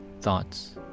thoughts